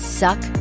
suck